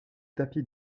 tapis